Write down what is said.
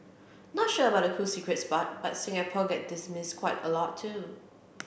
not sure about the cool secrets part but Singapore gets dismissed quite a lot too